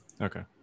Okay